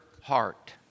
heart